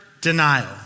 denial